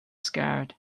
scared